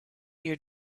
your